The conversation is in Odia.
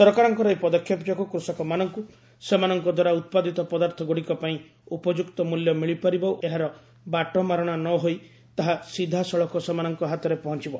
ସରକାରଙ୍କର ଏହି ପଦକ୍ଷେପ ଯୋଗୁଁ କୃଷକମାନଙ୍କୁ ସେମାନଙ୍କ ଦ୍ୱାରା ଉତ୍ପାଦିତ ପଦାର୍ଥଗୁଡ଼ିକ ପାଇଁ ଉପଯୁକ୍ତ ମୂଲ୍ୟ ମିଳିପାରିବ ଓ ଏହାର ବାଟମାରଣା ନହୋଇ ତାହା ସିଧାସଳଖ ସେମାନଙ୍କର ହାତରେ ପହଞ୍ଚିବ